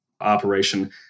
operation